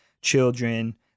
children